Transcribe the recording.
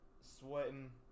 sweating